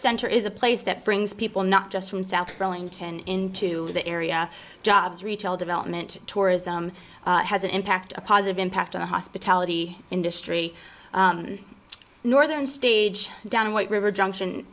center is a place that brings people not just from south burlington into the area jobs retail development tourism has an impact a positive impact on the hospitality industry northern stage down white river junction